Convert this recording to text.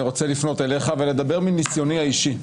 אני רוצה לפנות אליך ולדבר מניסיוני האישי,